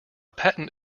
patent